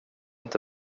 inte